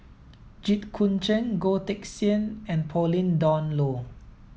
Jit Koon Ch'ng Goh Teck Sian and Pauline Dawn Loh